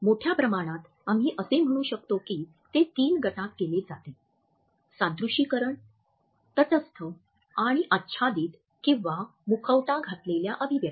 मोठ्या प्रमाणात आम्ही असे म्हणू शकतो की ते तीन गटात केले जाते सादृशीकरण तटस्थ आणि आच्छादित किंवा मुखवटा घातलेल्या अभिव्यक्ती